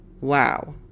wow